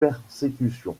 persécution